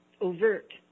overt